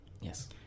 Yes